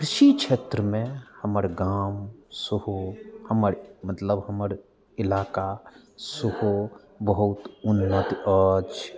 कृषि क्षेत्रमे सेहो हमर गाम सेहो हमर मतलब हमर इलाका सेहो बहुत उन्नति अछि